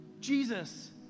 Jesus